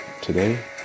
today